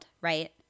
right